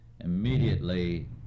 immediately